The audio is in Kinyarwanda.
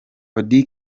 auddy